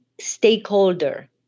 stakeholder